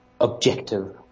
objective